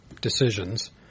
decisions